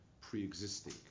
pre-existing